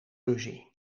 ruzie